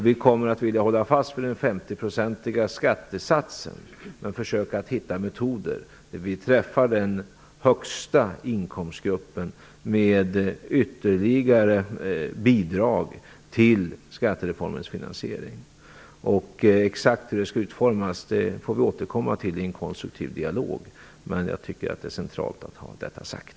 Vi kommer att vilja hålla fast vid den 50-procentiga skattesatsen och samtidigt försöka hitta metoder som riktar sig till den högsta inkomstgruppen som ytterligare kan bidra till skattereformens finansiering. Exakt hur det hela skall utformas får vi återkomma till i en konstruktiv dialog. Men det är centralt att få detta sagt.